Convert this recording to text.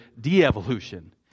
de-evolution